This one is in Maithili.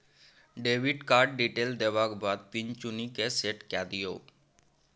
डेबिट कार्ड डिटेल देबाक बाद पिन चुनि कए सेट कए दियौ